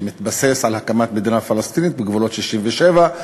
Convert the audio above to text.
שמתבסס על הקמת מדינה פלסטינית בגבולות 67'